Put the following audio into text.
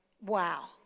Wow